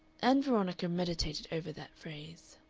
ann veronica meditated over that phrase.